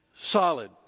solid